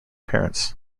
parents